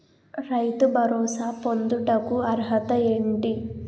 రైతు భరోసా పొందుటకు అర్హత ఏంటి?